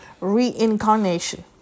reincarnation